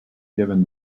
given